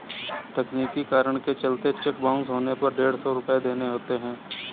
तकनीकी कारण के चलते चेक बाउंस होने पर डेढ़ सौ रुपये देने होते हैं